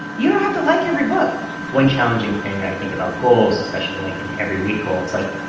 you don't have to like every book one challenging thing i think about goals especially, like, an every-week goal it's like,